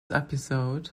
episode